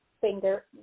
finger